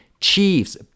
chiefs